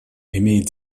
имеет